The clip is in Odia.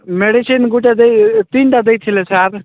ମେଡିସିନ୍ ଗୋଟେ ଦେଇ ତିନିଟା ଦେଇଥିଲେ ସାର୍